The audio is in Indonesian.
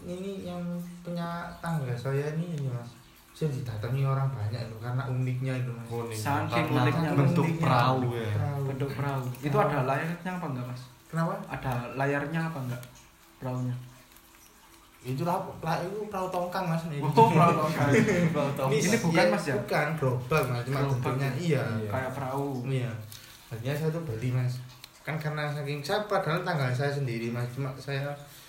Ini yang punya tangga saya ini, ini, Mas. Yang didatangi orang banyak itu, karena uniknya itu, Mas. Unik. Saking Karena uniknya, saking Mas. uniknya. Bentuk perahu ya. Perahu. Bentuk perahu. Itu Perahu. ada layarnya apa enggak, Mas? Kenapa? Ada layarnya apa enggak, perahunya? Itulah- lah, itu perahu tongkang, Mas. Ini. Oh, perahu tongkang. Perahu tongkang. Ini Ini bukan, bukan, Mas, Mas, ya? Bukan, gerobak, Mas. Cuma Gerobak, bentuknya. ya? Iya. Kayak perahu. Iya. Akhirnya saya tuh beli, Mas. Kan karena saking- saya padahal tangga saya sendiri, Mas. Cuma saya-